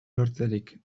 lortzerik